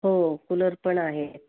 हो कूलरपण आहे